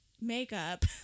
makeup